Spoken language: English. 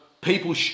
people